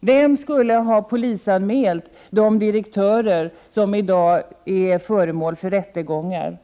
Vem skulle ha polisanmält de direktörer som i dag är föremål för rättegångar?